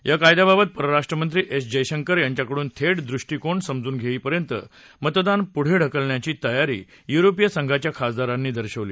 या कायद्याबाबत परराष्ट्रमंत्री एस जयशंकर यांच्याकडून थे दृष्टीकोन समजून घेईपर्यंत मतदान पुढे ढकलण्याची तयारी युरोपीय संघाच्या खासदारांनी दर्शवली